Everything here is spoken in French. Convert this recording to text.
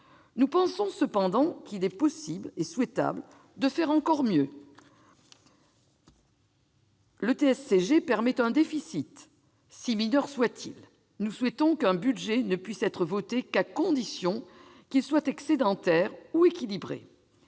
Nous pensons cependant qu'il est possible et souhaitable de faire encore mieux. Le TSCG permet un déficit, si mineur soit-il. Nous souhaitons pour notre part qu'un budget ne puisse être voté qu'à condition qu'il soit excédentaire ou équilibré.